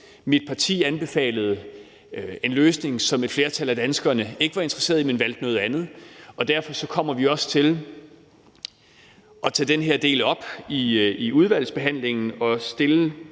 Mit parti anbefalede en løsning, som et flertal af danskerne ikke var interesseret i. De valgte noget andet. Og derfor kommer vi også til at tage den her del op i udvalgsbehandlingen for at stille